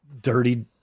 dirty